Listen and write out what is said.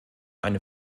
eine